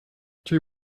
two